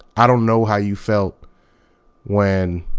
i don't know how you felt when,